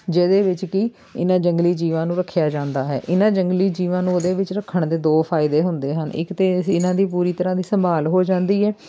ਜਿਹਦੇ ਵਿੱਚ ਕਿ ਇਹਨਾਂ ਜੰਗਲੀ ਜੀਵਾਂ ਨੂੰ ਰੱਖਿਆ ਜਾਂਦਾ ਹੈ ਇਹਨਾਂ ਜੰਗਲੀ ਜੀਵਾਂ ਨੂੰ ਉਹਦੇ ਵਿੱਚ ਰੱਖਣ ਦੇ ਦੋ ਫਾਇਦੇ ਹੁੰਦੇ ਹਨ ਇੱਕ ਤਾਂ ਅਸੀਂ ਇਹਨਾਂ ਦੀ ਪੂਰੀ ਤਰ੍ਹਾਂ ਦੀ ਸੰਭਾਲ ਹੋ ਜਾਂਦੀ ਹੈ